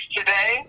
Today